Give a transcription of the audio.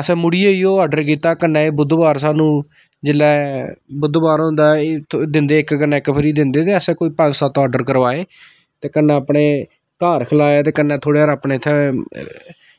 असें मुड़ियै इ'यै ऑर्डर कीता कन्नै एह् बुधबार सानूं जेल्लै बुधबार होंदा ऐ एह् दिंदे इक्क कन्नै इक्क फ्री दिंदे ते असें कोई पंज सत्त ऑर्डर करवाए ते कन्नै अपने घर खलाया ते कन्नै थोह्ड़े हारै अपने उत्थें